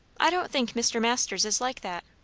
i don't think mr. masters is like that.